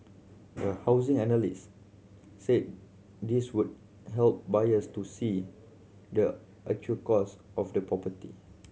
a housing analyst said this will help buyers to see the actual cost of the property